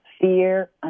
fear